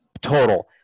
total